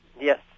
Yes